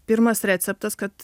pirmas receptas kad